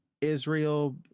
Israel